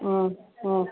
हा हा